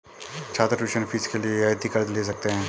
छात्र tuition fees के लिए रियायती कर्ज़ ले सकते हैं